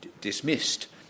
dismissed